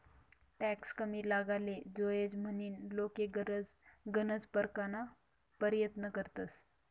tax कमी लागाले जोयजे म्हनीन लोके गनज परकारना परयत्न करतंस